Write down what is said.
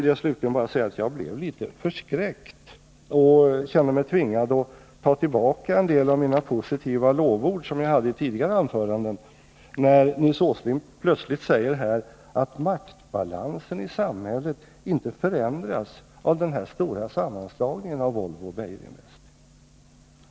Slutligen vill jag säga att jag blev litet förskräckt och att jag kände mig tvingad att ta tillbaka en del av de positiva lovord som jag uttalade i tidigare anföranden när jag hörde Nils Åsling plötsligt säga att maktbalansen i samhället inte förändras genom den stora sammanslagningen av Volvo och Beijerinvest AB.